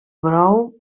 brou